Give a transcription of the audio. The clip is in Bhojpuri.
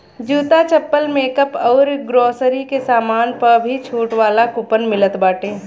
जूता, चप्पल, मेकअप अउरी ग्रोसरी के सामान पअ भी छुट वाला कूपन मिलत बाटे